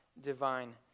Divine